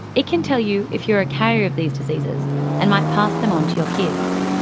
it can tell you if you are a carrier of these diseases and might pass them on to your kids.